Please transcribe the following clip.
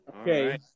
Okay